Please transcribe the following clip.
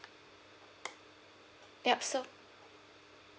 yup so